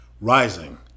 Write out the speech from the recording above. rising